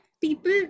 people